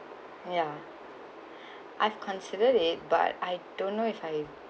ya I've considered it but I don't know if I